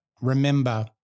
remember